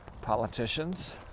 politicians